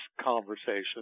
conversation